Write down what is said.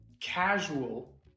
casual